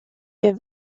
wir